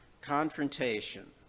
Confrontation